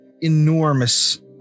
enormous